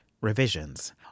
revisions